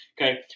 Okay